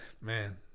man